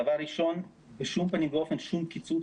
דבר ראשון בשום פנים ואופן שום קיצוץ